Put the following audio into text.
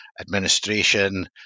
administration